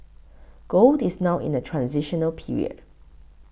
gold is now in the transitional period